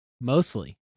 mostly